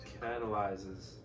catalyzes